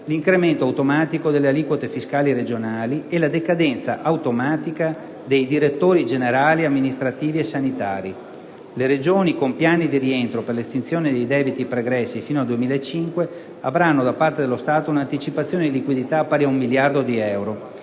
l'incremento automatico delle aliquote fiscali regionali e la decadenza automatica dei direttori generali, amministrativi e sanitari. Le Regioni con piani di rientro per l'estinzione dei debiti pregressi fino al 2005 avranno da parte dello Stato un'anticipazione di liquidità pari a un miliardo di euro.